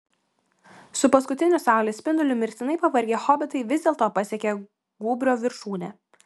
su paskutiniu saulės spinduliu mirtinai pavargę hobitai vis dėlto pasiekė gūbrio viršūne